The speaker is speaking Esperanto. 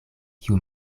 kiu